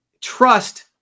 trust